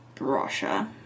Russia